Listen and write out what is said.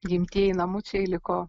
gimtieji namučiai liko